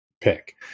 pick